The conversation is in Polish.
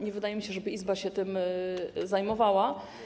Nie wydaje mi się, żeby Izba się tym zajmowała.